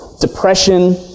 depression